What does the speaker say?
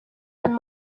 and